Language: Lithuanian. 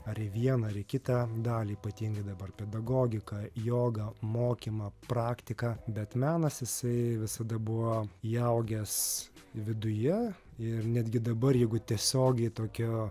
ar į vieną ar į kitą dalį ypatingai dabar pedagogiką jogą mokymą praktiką bet menas jisai visada buvo įaugęs viduje ir netgi dabar jeigu tiesiogiai tokio